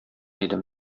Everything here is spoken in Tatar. идем